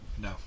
No